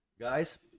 Guys